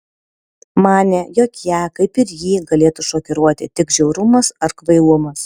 manė jog ją kaip ir jį galėtų šokiruoti tik žiaurumas ar kvailumas